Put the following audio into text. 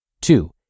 Two